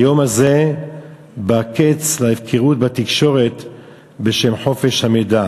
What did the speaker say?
מהיום הזה בא הקץ להפקרות בתקשורת בשם חופש המידע